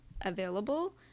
available